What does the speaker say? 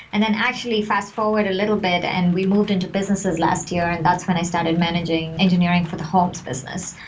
and then actually fast-forward a little bit and we moved into businesses last year and that's when i started managing engineering for the homes business.